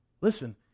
listen